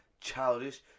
Childish